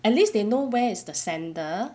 at least they know where is the sender